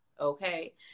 okay